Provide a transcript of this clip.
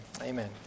Amen